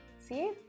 See